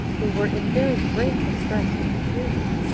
they were in very great distress and confusion.